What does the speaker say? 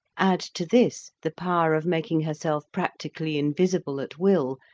add to this the power of making herself practically invisible at will,